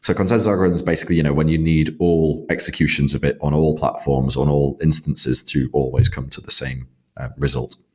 consensus algorithm is basically you know when you need all executions of it on all platforms, on all instances, to always come to the same result.